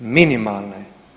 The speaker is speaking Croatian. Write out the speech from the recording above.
Minimalne.